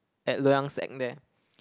at Loyang sec there